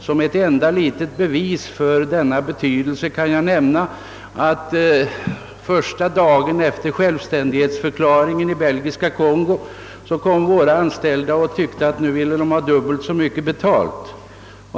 Som ett enda litet bevis för denna betydelse kan jag nämna att första dagen efter Belgiska Kongos självständighetsförklaring våra anställda kom och ville ha dubbelt så mycket betalt.